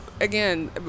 again